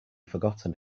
forgotten